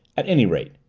at any rate,